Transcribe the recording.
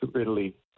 Italy